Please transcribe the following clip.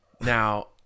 now